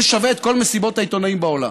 זה שווה את כל מסיבות העיתונאים בעולם,